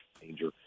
danger